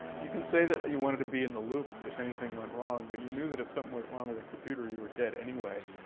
you can say that you wanted to be in the loop if anything went wrong. but you knew that if something went wrong with a computer, you were dead anyway.